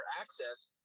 access